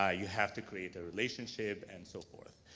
ah you have to create a relationship and so forth.